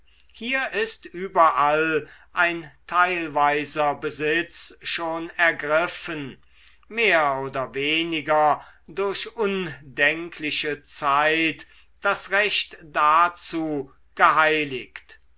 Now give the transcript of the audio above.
hier ist überall ein teilweiser besitz schon ergriffen mehr oder weniger durch undenkliche zeit das recht dazu geheiligt